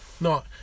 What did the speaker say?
No